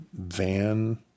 van